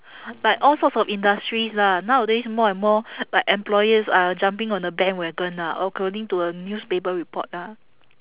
like all sorts of industries lah nowadays more and more like employers are jumping on the bandwagon lah according to a newspaper report lah